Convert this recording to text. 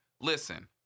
Listen